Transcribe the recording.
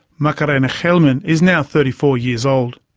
macarena gelman is now thirty four years old.